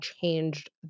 changed